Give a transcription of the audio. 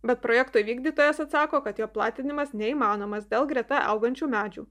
bet projekto vykdytojas atsako kad jo platinimas neįmanomas dėl greta augančių medžių